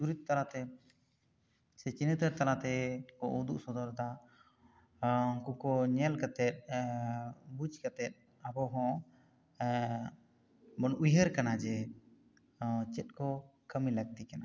ᱪᱩᱨᱤᱛ ᱛᱟᱞᱟ ᱛᱮ ᱥᱮ ᱪᱤᱱᱦᱟᱹᱛᱟᱹᱨ ᱛᱟᱞᱟ ᱛᱮᱠᱚ ᱩᱫᱩᱜ ᱥᱚᱫᱚᱨ ᱮᱫᱟ ᱟ ᱩᱱᱠᱩ ᱠᱚ ᱧᱮᱞ ᱠᱟᱛᱮᱜ ᱟᱟ ᱵᱩᱡᱽ ᱠᱟᱛᱮᱜ ᱟᱵᱚ ᱦᱚᱸ ᱵᱚᱱ ᱩᱭᱦᱟᱹᱨ ᱠᱟᱱᱟ ᱡᱮ ᱪᱮᱫ ᱠᱚ ᱠᱟᱹᱢᱤ ᱞᱟᱹᱠᱛᱤ ᱠᱟᱱᱟ